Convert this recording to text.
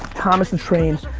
thomas the train,